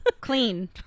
clean